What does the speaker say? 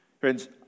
Friends